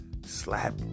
slap